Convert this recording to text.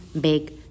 big